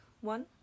one